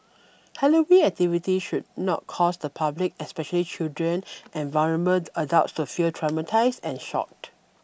Halloween activities should not cause the public especially children and adults to feel traumatised and shocked